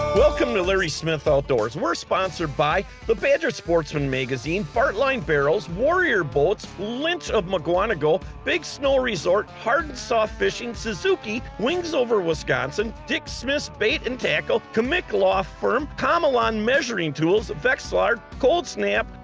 welcome to larry smith outdoors! we're sponsored by the badger sportsman magazine, bartlein barrels, warrior boats, lynch of muckwonago big snow resort, hard and soft fishing, suzuki, wings over wisconsin, dick smith's bait and tackle, kmiec law firm, komelon measuring tools, vexilar, cold snap,